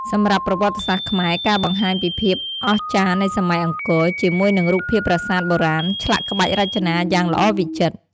សម្រាប់ប្រវត្តិសាស្ត្រខ្មែរ ការបង្ហាញពីភាពអស្ចារ្យនៃសម័យអង្គរ ជាមួយនឹងរូបភាពប្រាសាទបុរាណឆ្លាក់ក្បាច់រចនាយ៉ាងល្អវិចិត្រ។